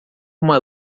uma